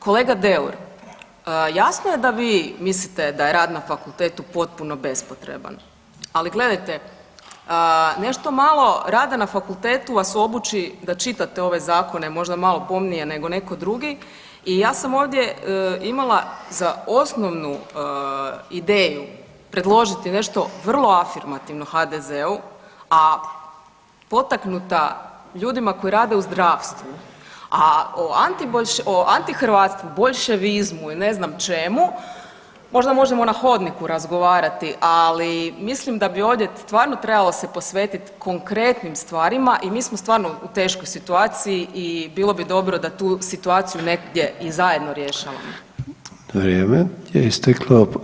Kolega Deur, jasno je da vi mislite da je rad na fakultetu potpuno bespotreban, ali gledajte nešto malo rada na fakultetu vas obuči da čitate ove zakone možda malo pomnije nego netko drugi i ja sam ovdje imala za osnovnu ideju predložiti nešto vrlo afirmativno HDZ-u, a potaknuta ljudima koji rade u zdravstvu, a o antihrvatstvu, boljševizmu i ne znam čemu možda možemo na hodniku razgovarati, ali mislim da bi ovdje stvarno trebalo se posvetiti konkretnim stvarima i mi smo stvarno u teškoj situaciji i bilo bi dobro da tu situaciju negdje i zajedno rješavamo